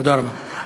תודה רבה.